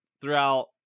throughout